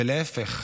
ולהפך,